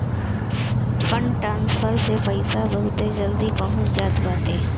fund transfer से पईसा बहुते जल्दी पहुंच जात बाटे